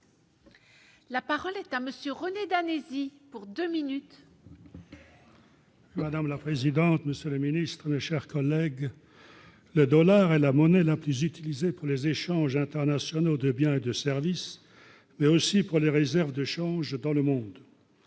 La parole est à monsieur René Danizy pour 2 minutes. Madame la présidente, monsieur les ministres, mes chers collègues, le dollar est la monnaie la plus utilisée pour les échanges internationaux de biens et de services, mais aussi pour les réserves de change dans le monde